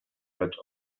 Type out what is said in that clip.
lecz